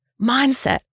Mindset